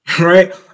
Right